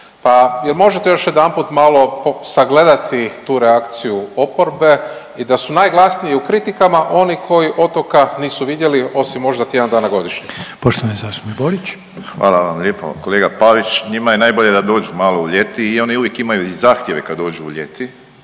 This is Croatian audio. pa jel možete još jedanput malo sagledati tu reakciju oporbe i da su najglasniji u kritikama oni koji otoka nisu vidjeli osim možda tjedan dana godišnjega. **Reiner, Željko (HDZ)** Poštovani zastupnik Borić. **Borić, Josip (HDZ)** Hvala vam lijepo. Kolega Pavić njima je najbolje da malo dođu u ljeti i oni uvijek imaju i zahtjeve kad dođu u ljeti